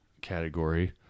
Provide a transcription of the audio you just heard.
category